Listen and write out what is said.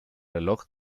reloj